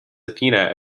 athena